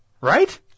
Right